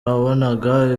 wabonaga